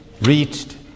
reached